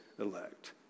elect